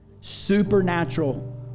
supernatural